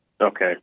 Okay